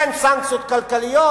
אין סנקציות כלכליות.